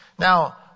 Now